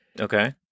Okay